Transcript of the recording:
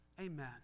Amen